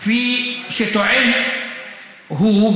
כפי שטוען הוא,